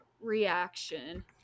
Reaction